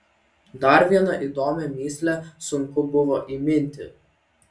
dar vieną įdomią mįslę sunku buvo įminti